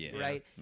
right